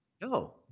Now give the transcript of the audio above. No